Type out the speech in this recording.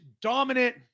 dominant